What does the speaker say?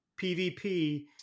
PvP